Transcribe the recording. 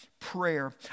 Prayer